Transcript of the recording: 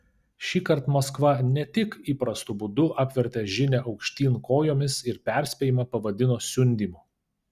šįkart maskva ne tik įprastu būdu apvertė žinią aukštyn kojomis ir perspėjimą pavadino siundymu